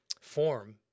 form